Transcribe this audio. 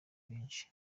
benshi